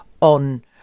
on